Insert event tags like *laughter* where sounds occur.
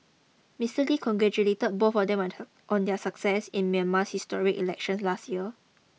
Mister Lee congratulated them *unintelligible* both on their success in Myanmar's historic elections last year